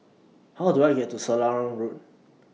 How Do I get to Selarang Road